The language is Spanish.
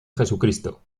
jesucristo